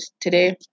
today